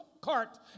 cart